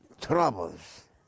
troubles